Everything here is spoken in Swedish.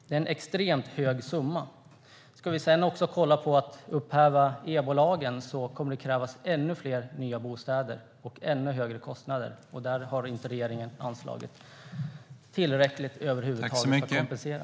Det är en extremt hög summa. Ska vi sedan upphäva EBO-lagen kommer det att krävas ännu fler nya bostäder, och kostnaderna kommer att bli ännu högre. Här har regeringen över huvud taget inte anslagit tillräckligt för att kompensera.